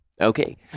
Okay